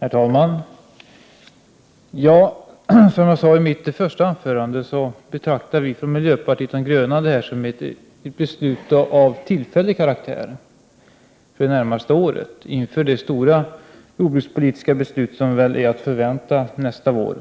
Herr talman! Som jag sade i mitt första anförande betraktar vi från miljöpartiet de gröna det beslut som kommer att fattas som ett beslut av tillfällig karaktär för det närmaste året inför det stora jordbrukspolitiska beslut som är att förvänta nästa vår.